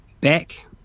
back